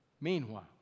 Meanwhile